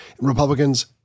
Republicans